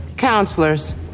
Counselors